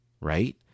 right